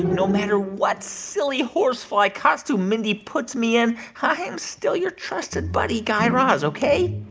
no matter what silly horsefly costume mindy puts me in, i'm still your trusted buddy guy raz, ok?